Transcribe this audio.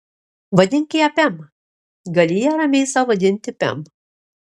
vadink ją pem gali ją ramiai sau vadinti pem